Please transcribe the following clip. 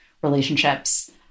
relationships